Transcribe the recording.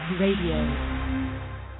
RADIO